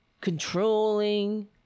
controlling